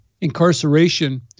incarceration